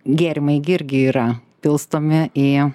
gėrimai gi irgi yra pilstomi į